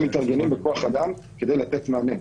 הם יתארגנו בכוח-אדם כדי לתת מענה.